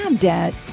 debt